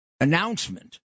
announcement